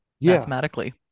mathematically